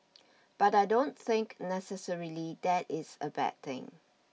but I don't think necessarily that is a bad thing